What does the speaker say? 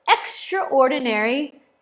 extraordinary